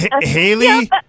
Haley